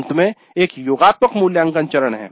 अंत में एक योगात्मक मूल्यांकन चरण है